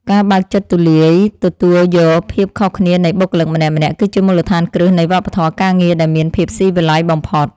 ការបើកចិត្តទូលាយទទួលយកភាពខុសគ្នានៃបុគ្គលិកម្នាក់ៗ គឺជាមូលដ្ឋានគ្រឹះនៃវប្បធម៌ការងារដែលមានភាពស៊ីវិល័យបំផុត។